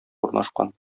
урнашкан